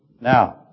Now